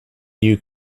new